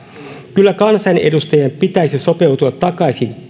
kyllä kansanedustajien pitäisi sopeutua takaisin